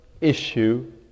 issue